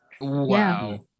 Wow